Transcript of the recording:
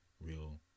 real